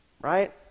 right